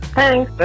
Thanks